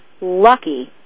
lucky